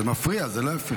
זה מפריע, זה לא יפה.